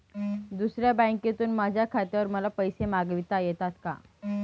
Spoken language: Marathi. दुसऱ्या बँकेतून माझ्या खात्यावर मला पैसे मागविता येतात का?